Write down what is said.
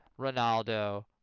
Ronaldo